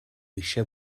eisiau